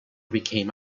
became